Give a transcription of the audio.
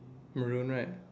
maroon right